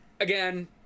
again